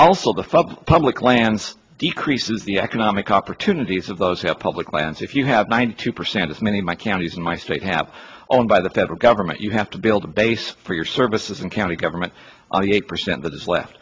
also the public lands decreases the economic opportunities of those who have public lands if you have two percent as many of my counties in my state have owned by the federal government you have to build a base for your services and county government on the eight percent that is left